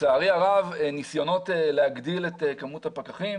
לצערי הרב הניסיונות להגדיל את מספר הפקחים